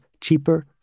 cheaper